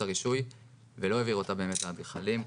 הרישוי ולא העביר אותה באמת לאדריכלים.